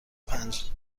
پنج